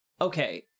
Okay